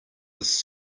this